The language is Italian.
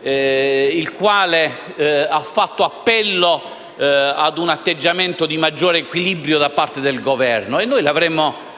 il quale ha fatto appello a un atteggiamento di maggior equilibrio da parte del Governo. E noi avremmo